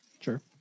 Sure